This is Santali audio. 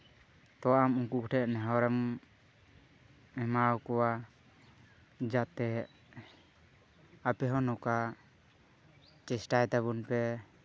ᱛᱚ ᱟᱢ ᱩᱱᱠᱩ ᱴᱷᱮᱱ ᱱᱮᱦᱚᱨ ᱮᱢ ᱮᱢᱟᱣ ᱠᱚᱣᱟ ᱡᱟᱛᱮ ᱟᱯᱮ ᱦᱚᱸ ᱱᱚᱝᱠᱟ ᱪᱮᱥᱴᱟᱭ ᱛᱟᱵᱚᱱ ᱯᱮ